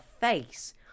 face